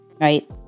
right